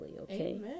Okay